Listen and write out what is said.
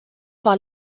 war